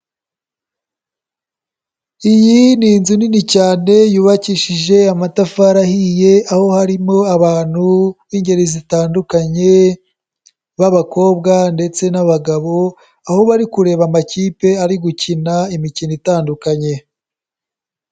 Iyi ni inzu nini cyane, yubakishije amatafari ahiye, aho harimo abantu b'ingeri zitandukanye b'abakobwa ndetse n'abagabo, aho bari kureba amakipe ari gukina imikino itandukanye.